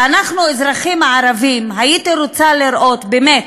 ואנחנו, האזרחים הערבים, הייתי רוצה לראות, באמת,